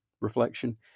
reflection